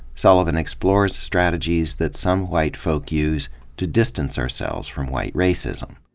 sullivan explores strategies that some white folk use to distance ourselves from white racism.